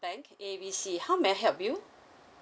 bank A B C how may I help you